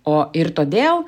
o ir todėl